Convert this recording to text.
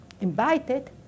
invited